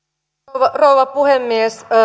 arvoisa rouva puhemies